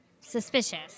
suspicious